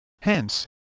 Hence